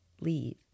leave